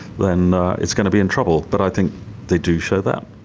then it's going to be in trouble. but i think they do show that.